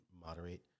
moderate